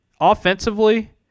Offensively